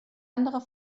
anderer